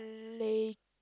late